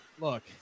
Look